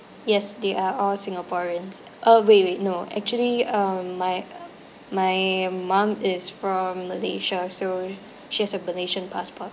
yes they are all singaporeans uh wait wait no actually um my my mum is from malaysia so she has a malaysian passport